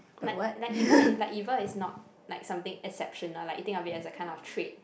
like like evil like evil is not like something exceptional lah it think as a kind of trick